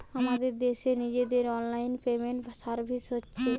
আমাদের দেশের নিজেদের অনলাইন পেমেন্ট সার্ভিস আছে